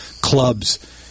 clubs